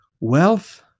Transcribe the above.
Wealth